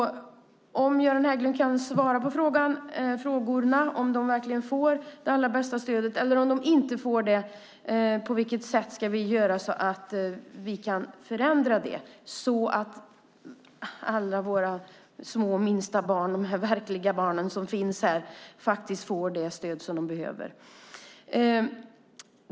Kan Göran Hägglund svara på frågorna om de verkligen får det allra bästa stödet? Om de inte får det, på vilket sätt ska vi förändra så att alla våra små barn som finns i verkligheten faktiskt får det stöd som de behöver?